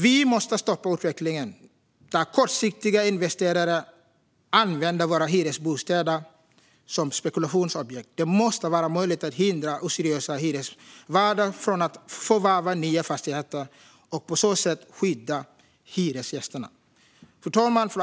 Vi måste stoppa utvecklingen där kortsiktiga investerare använder våra hyresbostäder som spekulationsobjekt. Det måste vara möjligt att hindra oseriösa hyresvärdar från att förvärva nya fastigheter för att på så sätt skydda hyresgästerna. Fru talman!